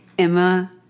Emma